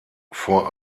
vor